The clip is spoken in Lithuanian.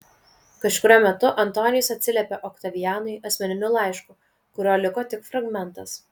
kažkuriuo metu antonijus atsiliepė oktavianui asmeniniu laišku kurio liko tik fragmentas